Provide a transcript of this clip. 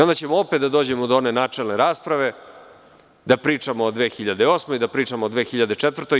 Onda ćemo opet da dođemo do one načelne rasprave, da pričamo o 2008. godini, da pričamo o 2004. godini.